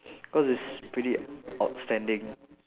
cause it's pretty outstanding